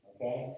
Okay